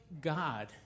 God